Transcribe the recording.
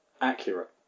Accurate